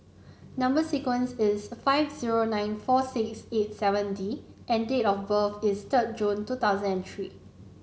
number sequence is S five zero nine four six eight seven D and date of birth is third June two thousand and three